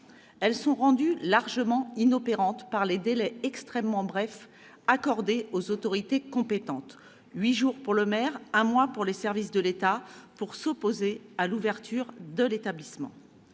Elles sont rendues largement inopérantes par les délais extrêmement brefs accordés aux autorités compétentes- huit jours pour le maire, un mois pour les services de l'État -pour s'opposer à l'ouverture de l'établissement.